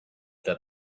that